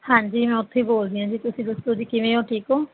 ਹਾਂਜੀ ਮੈਂ ਉੱਥੇ ਬੋਲਦੀ ਹਾਂ ਜੀ ਤੁਸੀਂ ਦੱਸੋ ਜੀ ਕਿਵੇਂ ਹੋ ਠੀਕ ਹੋ